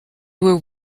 were